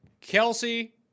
Kelsey